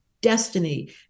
destiny